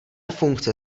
funkce